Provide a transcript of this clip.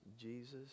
Jesus